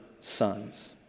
sons